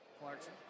Clarkson